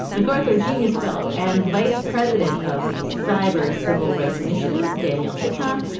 macarthur genius fellow and vice president of the cyber civil rights initiative, daniel cetron.